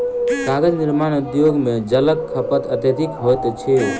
कागज निर्माण उद्योग मे जलक खपत अत्यधिक होइत अछि